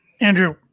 Andrew